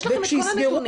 יש לכם את כל הנתונים.